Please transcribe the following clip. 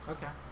Okay